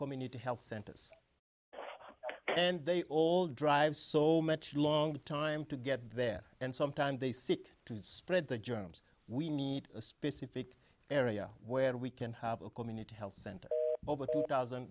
community health centers and they all drive so much longer time to get there and sometimes they seek to spread the germs we need a specific area where we can have a community health center over two thousand